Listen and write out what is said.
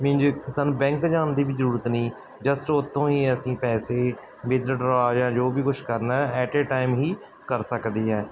means ਸਾਨੂੰ bank ਜਾਣ ਦੀ ਵੀ ਜ਼ਰੂਰਤ ਨਹੀਂ ਜਸਟ ਉੱਥੋਂ ਹੀ ਅਸੀਂ ਪੈਸੇ ਵਿਦਡਰਆ ਜਾਂ ਜੋ ਵੀ ਕੁਛ ਕਰਨਾ ਐਟ ਏ ਟਾਈਮ ਹੀ ਕਰ ਸਕਦੇ ਹਾਂ